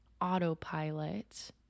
autopilot